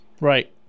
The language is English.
Right